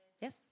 Yes